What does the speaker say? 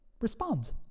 respond